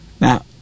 Now